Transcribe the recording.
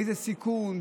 באיזה סיכון,